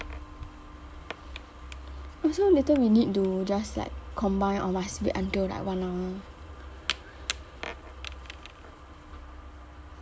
oh so later we need to just like combine or must wait until like one hour